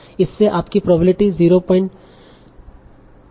इससे आपकी प्रोबेबिलिटी 033 हो जाती है